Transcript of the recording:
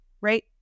right